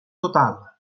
total